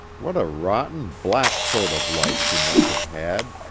what a rotten, black sort of life she must have had,